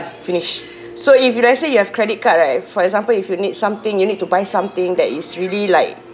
finish so if let's say you have credit card right for example if you need something you need to buy something that is really like